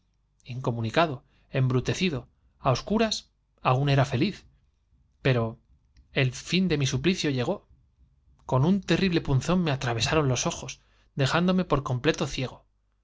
incomunicado embrutecido á oscuras aún era feliz pero el fin de mi suplicio llegó con un terrible punzón me atravesaron los ojos dejándome por completo ciego